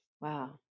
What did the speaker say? Wow